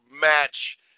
match